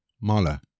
Mala